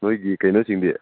ꯅꯣꯏꯒꯤ ꯀꯩꯅꯣꯁꯤꯡꯗꯤ